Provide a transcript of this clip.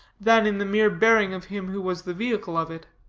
than in the mere bearing of him who was the vehicle of it.